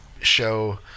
show